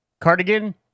Cardigan